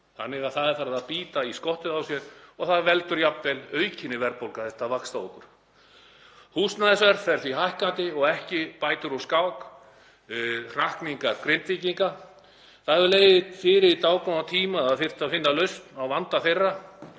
þannig að það er farið að bíta í skottið á sér og veldur jafnvel aukinni verðbólgu, þetta vaxtaokur. Húsnæðisverð fer því hækkandi og ekki bæta úr skák hrakningar Grindvíkinga. Það hefur legið fyrir í dágóðan tíma að það þyrfti að finna lausn á vanda þeirra.